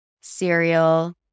cereal